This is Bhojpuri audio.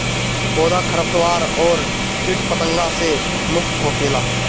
पौधा खरपतवार अउरी किट पतंगा से मुक्त होखेला